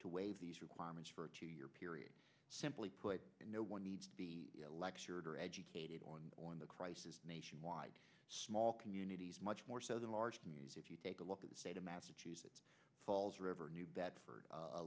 to waive these requirements for a two year period simply put no one needs to be lectured or educated on on the crisis nationwide small communities much more so than large if you take a look at the state of massachusetts falls river new bedford